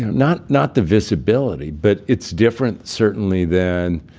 not not the visibility, but it's different certainly than